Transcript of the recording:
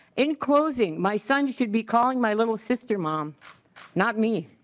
in closing my son should be called my little sister mom not me.